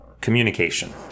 communication